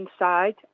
inside